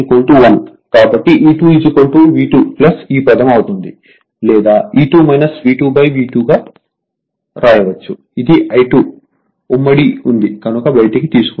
కాబట్టి cos 1 కాబట్టి E2 V2 ఈ పదం అవుతుంది లేదా E2 V2 V2 అని వ్రాయవచ్చు ఇది I2 ఉమ్మడి ఉంది కనుక బయటికి తీసుకుంటే